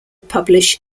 publish